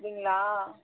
அப்படிங்களா